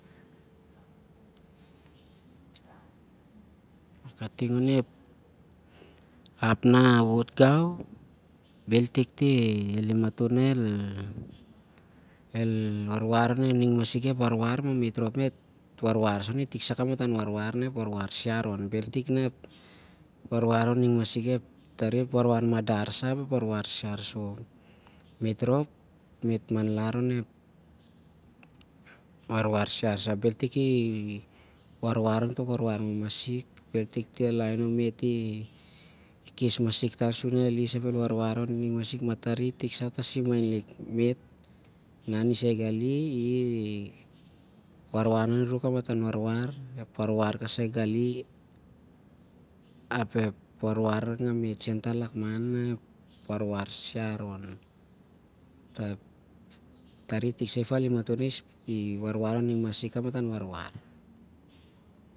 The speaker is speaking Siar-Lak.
Kating onep hap nah whot gau, bhel tik ti- alim matol nah i warwar oning masik kamatan warwar mah me't rhop me't warwar oni tik ep warwar siar on. Me't rhop me't warwar sah onep warwar madar ap ep warwar "siar" me't rhop me't manlar onep warwar siar sah bhel tiki warwar ontok warwar ma masik, o- i- khes masik tar sur nah el- is- ap- el warwar masik itik sah a- tasin ain- me't nah a- nisai gali iwarwar on- i- ru- ru- kamatan warwar. Tari itik sa tasin ain matol nah i warwar oni ru- ru kamatan warwar.